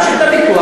נמשיך את הוויכוח,